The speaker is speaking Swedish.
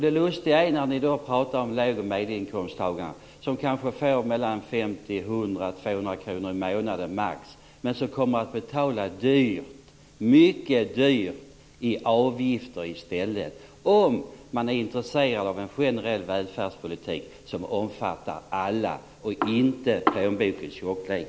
Det lustiga är att ni då pratar om lågoch medelinkomsttagarna, som kanske får 50, 100 eller 200 kr i månaden maximalt, men som kommer att betala dyrt, mycket dyrt i avgifter i stället om man är intresserad av en generell välfärdspolitik som omfattar alla och inte bestäms av plånbokens tjocklek.